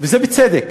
וזה בצדק,